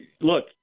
look